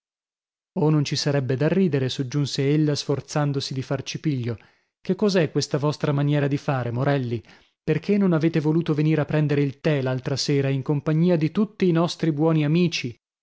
oh non ci sarebbe da ridere soggiunse ella sforzandosi di far cipiglio che cos'è questa vostra maniera di fare morelli perchè non avete voluto venire a prendere il tè l'altra sera e in compagnia di tutti i nostri buoni amici